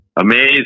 Amazing